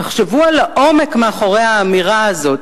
תחשבו על העומק מאחורי האמירה הזאת.